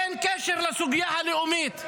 אין קשר לסוגיה הלאומית.